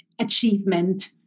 achievement